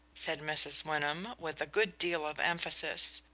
said mrs. wyndham, with a good deal of emphasis.